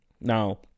Now